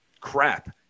crap